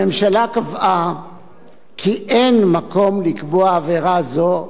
הממשלה קבעה כי אין מקום לקבוע עבירה זו,